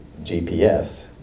GPS